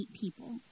people